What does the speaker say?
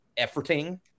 efforting